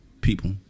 people